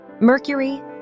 Mercury